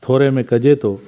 थोरे में कजे थो